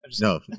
No